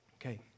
Okay